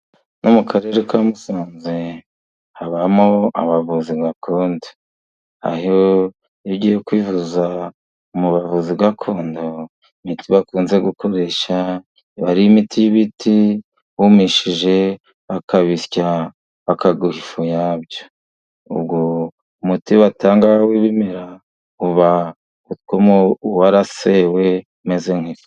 No mu karere ka Musanze habamo abavuzi gakondo. Aho iyo ugiye kwivuza umu bavuzi gakondo imiti ntibakunze gukoresha, iba ari imiti y'ibiti bumishije, bakabisya, bakaguha ifu yabyo. Umuti batanga w'ibimera uba warasewe umeze nk'ifu.